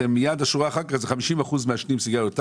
בשורה אחר כך אתם כותבים ש-50 אחוזים מעשנם סיגריות טבק,